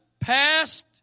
passed